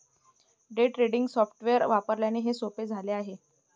day trading software वापरल्याने हे सोपे झाले आहे